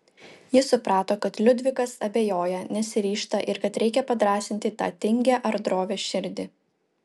ji suprato kad liudvikas abejoja nesiryžta ir kad reikia padrąsinti tą tingią ar drovią širdį